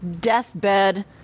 deathbed